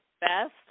best